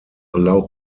allow